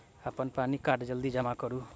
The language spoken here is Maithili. अप्पन पानि कार्ड जल्दी जमा करू?